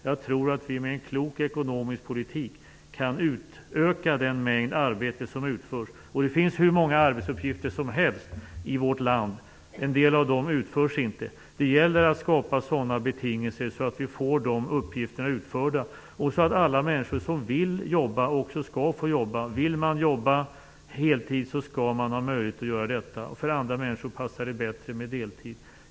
Jag tror att vi med en klok ekonomisk politik kan utöka den mängd arbete som utförs. Det finns hur många arbetsuppgifter som helst i vårt land. En del av dem utförs inte. Det gäller därför att skapa sådana betingelser att vi får de uppgifterna utförda och så att alla som vill jobba också får göra det. Vill man jobba heltid, skall man ha möjlighet att göra det. För andra människor passar det kanske bättre med deltid.